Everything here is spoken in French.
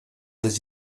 des